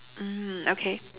mm okay